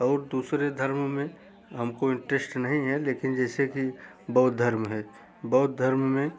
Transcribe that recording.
और दूसरे धर्म में हमको इन्टरेश्ट नहीं हैं लेकिन जैसे कि बौद्ध धर्म है बौद्ध धर्म में